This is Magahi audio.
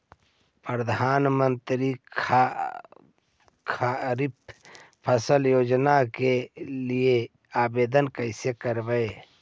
प्रधानमंत्री खारिफ फ़सल योजना के लिए आवेदन कैसे करबइ?